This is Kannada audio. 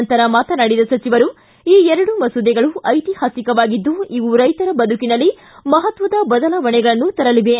ನಂತರ ಮಾತನಾಡಿದ ಸಚಿವರು ಈ ಎರಡೂ ಮಸೂದೆಗಳು ಐತಿಹಾಸಿಕವಾಗಿದ್ದು ಇವು ರೈತರ ಬದುಕಿನಲ್ಲಿ ಮಹತ್ವದ ಬದಲಾವಣೆಗಳನ್ನು ತರಲಿವೆ